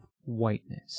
whiteness